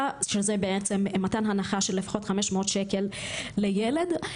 שזה בעצם מתן הנחה של 500 שקל לילד.